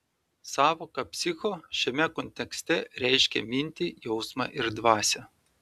sąvoka psicho šiame kontekste reiškia mintį jausmą ir dvasią